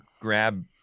grab